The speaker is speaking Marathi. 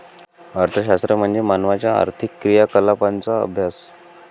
अर्थशास्त्र म्हणजे मानवाच्या आर्थिक क्रियाकलापांचा अभ्यास